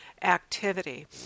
activity